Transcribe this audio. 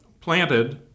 planted